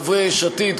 חברי יש עתיד,